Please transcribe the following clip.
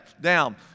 down